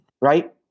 Right